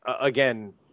again